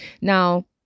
now